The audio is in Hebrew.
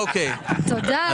אחמד,